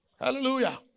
Hallelujah